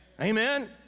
Amen